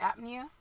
apnea